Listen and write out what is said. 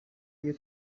iyo